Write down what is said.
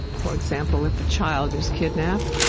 for example, if a child is kidnapped,